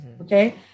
Okay